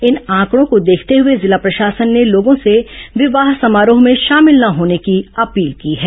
इन आंकड़ों को देखते हुए जिला प्रशासन ने लोगों से विवाह समारोह में शामिल न होने की अपील की है